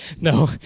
No